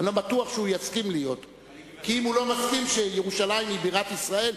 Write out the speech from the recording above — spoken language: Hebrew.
כי אם הוא לא מסכים שירושלים היא בירת ישראל,